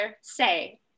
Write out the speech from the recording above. say